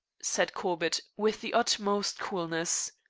said corbett, with the utmost coolness,